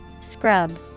Scrub